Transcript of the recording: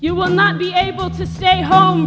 you will not be able to stay home